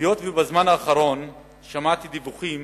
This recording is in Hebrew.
היות שבזמן האחרון שמעתי דיווחים